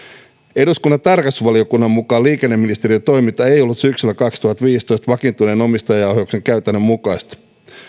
eduskunnan tarkastusvaliokunnan mukaan liikenneministeriön toiminta ei ollut syksyllä kaksituhattaviisitoista vakiintuneen omistajaohjauksen käytännön mukaista